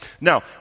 Now